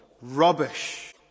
rubbish